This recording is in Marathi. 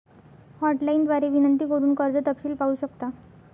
हॉटलाइन द्वारे विनंती करून कर्ज तपशील पाहू शकता